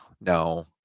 no